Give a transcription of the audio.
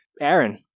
Aaron